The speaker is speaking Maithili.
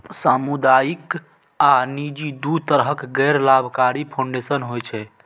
सामुदायिक आ निजी, दू तरहक गैर लाभकारी फाउंडेशन होइ छै